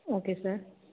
okay sir